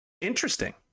Interesting